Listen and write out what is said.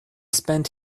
spent